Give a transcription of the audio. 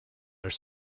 are